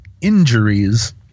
injuries